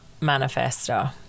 Manifesto